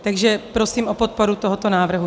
Takže prosím o podporu tohoto návrhu.